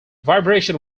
vibration